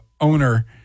owner